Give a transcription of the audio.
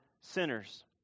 sinners